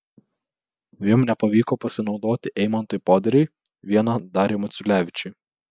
dviem nepavyko pasinaudoti eimantui poderiui viena dariui maciulevičiui